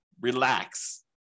Relax